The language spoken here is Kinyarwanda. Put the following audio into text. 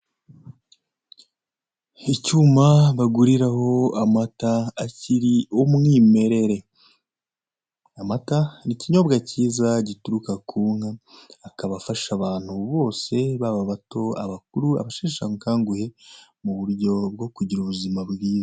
Icyuma baguriraho amata akiri umwimerere. Amata ni ikinyobwa cyiza, gituruka ku nka, akaba afasha abantu bose, baba abato, abakuru, abasheshe akanguhe, mu buryo bwo kugira ubuzima bwiza.